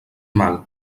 mal